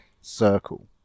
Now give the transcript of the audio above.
circle